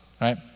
right